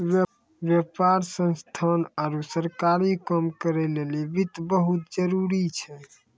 व्यापार संस्थान आरु सरकारी काम करै लेली वित्त बहुत जरुरी छै